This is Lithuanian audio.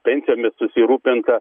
pensijomis susirūpinta